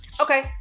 Okay